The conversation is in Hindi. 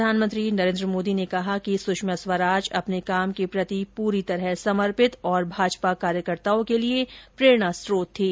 प्रधानमंत्री नरेन्द्र मोदी ने कहा कि सुषमा स्वराज अपने काम के प्रति पूरी तरह समर्पित और भाजपा कार्यकर्ताओं के लिए प्रेरणा स्रोत थीं